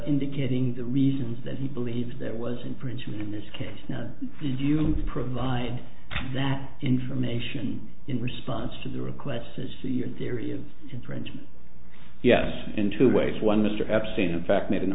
indicating the reasons that he believes there was infringement in this case did you provide that information in response to the request to see a theory of infringement yes in two ways one mr epstein in fact made an